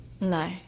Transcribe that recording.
No